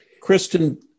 Kristen